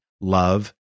Love